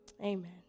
Amen